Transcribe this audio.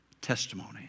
Testimony